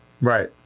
right